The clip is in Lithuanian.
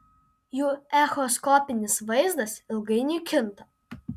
jų echoskopinis vaizdas ilgainiui kinta